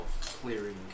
clearing